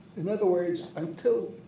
in other words, until.